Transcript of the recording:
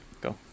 Go